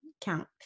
count